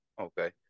okay